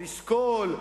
לשקול,